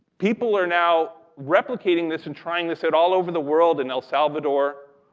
people are now replicating this and trying this out all over the world in el salvador,